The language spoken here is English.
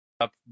up